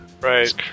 Right